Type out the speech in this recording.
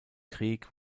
krieg